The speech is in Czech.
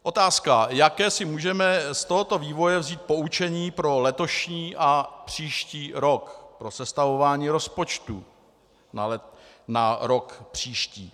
Otázka, jaké si můžeme z tohoto vývoje vzít poučení pro letošní a příští rok, pro sestavování rozpočtů na rok příští.